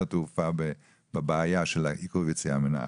התעופה בבעיה של עיכוב יציאה מהארץ,